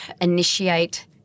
initiate